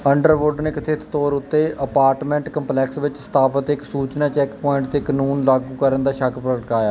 Underwood ਨੇ ਕਥਿਤ ਤੌਰ ਉੱਤੇ ਅਪਾਰਟਮੈਂਟ ਕੰਪਲੈਕਸ ਵਿੱਚ ਸਥਾਪਤ ਇੱਕ ਸੂਚਨਾ ਚੈੱਕ ਪੁਆਇੰਟ 'ਤੇ ਕਾਨੂੰਨ ਲਾਗੂ ਕਰਨ ਦਾ ਸ਼ੱਕ ਪ੍ਰਗਟਾਇਆ